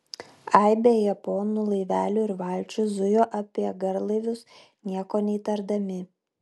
aibė japonų laivelių ir valčių zujo apie garlaivius nieko neįtardami